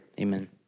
Amen